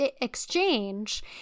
exchange